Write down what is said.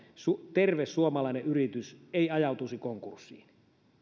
terve suomalainen yritys ei ajautuisi konkurssiin